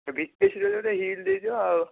ଭି K C pride ଗୋଟେ heel ଦେଇଦିଅ ଆଉ